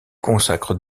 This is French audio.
consacre